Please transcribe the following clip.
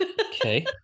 Okay